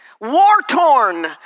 war-torn